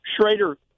Schrader